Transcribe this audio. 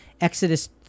Exodus